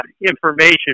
information